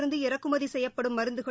இருந்து இறக்குமதி செய்யப்படும் மருந்துகளுக்கு